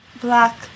black